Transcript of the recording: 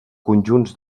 conjunts